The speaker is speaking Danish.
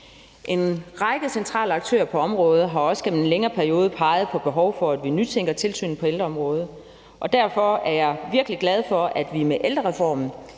En række centrale aktører på området har også gennem en længere periode peget på et behov for, at vi nytænker tilsynet på ældreområdet, og derfor er jeg virkelig glad for, at vi med ældrereformen